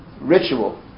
ritual